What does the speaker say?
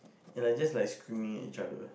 and like just like screaming at each other